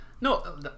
no